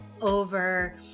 over